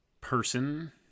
person